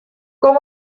kom